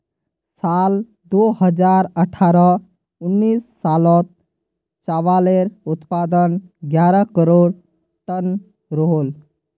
साल दो हज़ार अठारह उन्नीस सालोत चावालेर उत्पादन ग्यारह करोड़ तन रोहोल